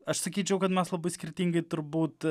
aš sakyčiau kad mes labai skirtingai turbūt